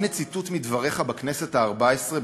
הנה ציטוט מדבריך בכנסת הארבע-עשרה,